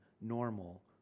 normal